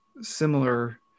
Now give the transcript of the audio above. similar